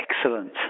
Excellent